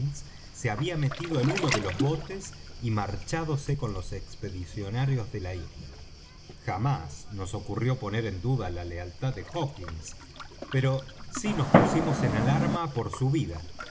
se había metido en uno de los botes y marchádose con los expedicionarios de la isla jamás nos ocurrió poner en duda la lealtad de hawkins pero sí nos pusimos en alarma por su vida